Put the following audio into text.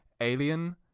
alien